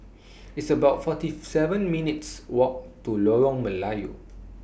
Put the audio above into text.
It's about forty seven minutes' Walk to Lorong Melayu